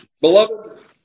Beloved